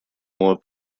more